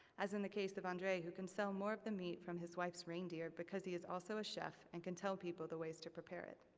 as in the case of andre, who can sell more of the meat from his wife's reindeer, because he is also a chef, and can tell people the ways to prepare it.